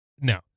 no